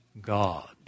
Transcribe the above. God